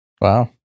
Wow